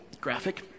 graphic